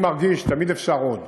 אני מרגיש, תמיד אפשר עוד,